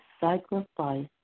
sacrifice